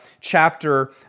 chapter